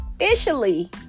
officially